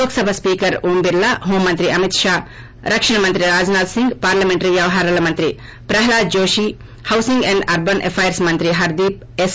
Lok Sabha speaker Om Birla హోంమంత్రి అమిత్ షా రక్షణ మంత్రి రాజ్నాథ్ సింగ్ పార్లమెంటరీ వ్యవహారాల మంత్రి Pralhad Joshi housing and urban affairs మంత్రి హర్గీప్ ఎస్